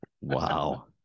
Wow